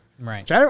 Right